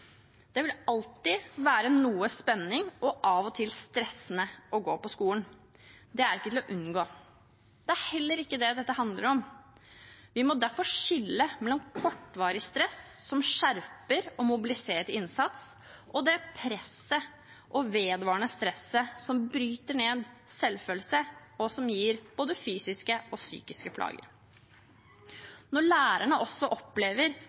Det vil alltid være noe spenning og av og til stressende å gå på skolen, det er ikke til å unngå. Det er heller ikke det dette handler om. Vi må derfor skille mellom kortvarig stress som skjerper og mobiliserer til innsats, og det presset og vedvarende stresset som bryter ned selvfølelse og gir både fysiske og psykiske plager. Når lærerne også opplever